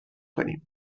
کنیم